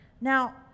Now